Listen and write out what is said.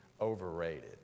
overrated